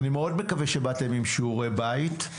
אני מאוד מקווה שבאתם עם שיעורי בית.